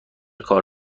کار